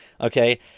okay